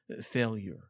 failure